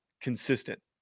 consistent